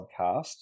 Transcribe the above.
podcast